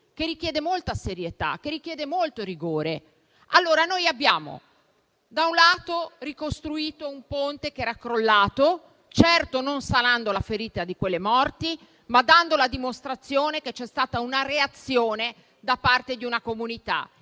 che richiede molta serietà e molto rigore. Noi abbiamo, da un lato, ricostruito un ponte che era crollato, certo non sanando la ferita di quelle morti, ma dando la dimostrazione che c'è stata una reazione da parte di una comunità